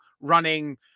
running